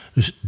Dus